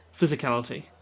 physicality